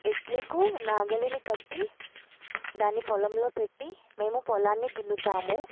ఎడ్లకు నాగలిని కట్టి దాన్ని పొలంలో పెట్టి మేము పొలాన్ని దున్నుతాము